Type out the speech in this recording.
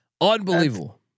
Unbelievable